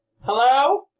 Hello